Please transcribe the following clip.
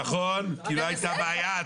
נכון, כי לא הייתה בעיה.